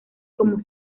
como